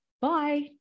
Bye